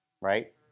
right